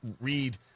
Read